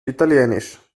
italienisch